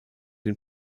den